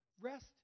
Rest